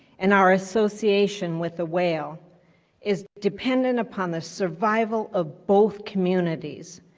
and our association with the whale is dependent upon the survival of both communities.